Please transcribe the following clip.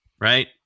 right